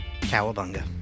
cowabunga